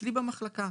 אצלי במחלקה: